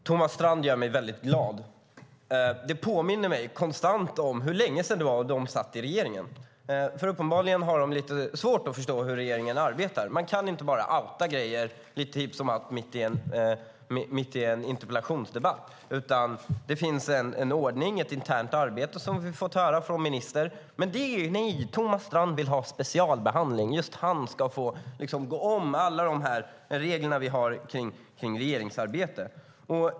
Herr talman! Thomas Strand gör mig väldigt glad. Socialdemokraterna påminner mig konstant om hur länge sedan det var de satt i regeringsställning. Uppenbarligen har de lite svårt att förstå hur regeringen arbetar. Man kan inte bara "outa" grejer lite hipp som happ mitt i en interpellationsdebatt. Det finns en ordning och ett internt arbete, som vi fått höra från ministern. Men Thomas Strand vill ha specialbehandling. Just han ska få gå förbi alla de regler vi har kring regeringsarbete.